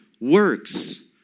works